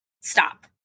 stop